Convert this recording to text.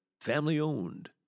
family-owned